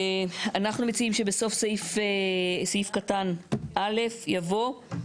אנחנו מציעים שבסוף סעיף קטן (א) יבוא,